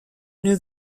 knew